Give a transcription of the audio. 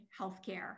healthcare